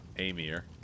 amir